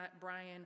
Brian